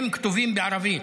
הם כתובים בערבית.